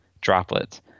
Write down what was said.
droplets